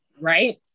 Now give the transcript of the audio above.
Right